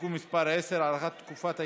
(תיקון מס' 10) (הארכת תקופת ההתיישנות),